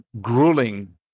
grueling